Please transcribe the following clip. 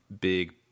big